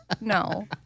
No